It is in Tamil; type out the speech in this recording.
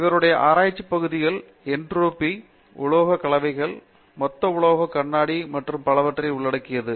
இவருடைய ஆராய்ச்சி பகுதிகள் என்ட்ரோபி உலோகக் கலவைகள் மொத்த உலோக கண்ணாடி மற்றும் பலவற்றை உள்ளடக்கியது